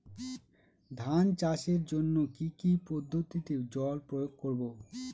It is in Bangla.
ধান চাষের জন্যে কি কী পদ্ধতিতে জল প্রয়োগ করব?